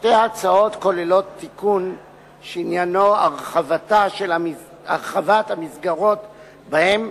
שתי ההצעות כוללות תיקון שעניינו הרחבת המסגרות שבהן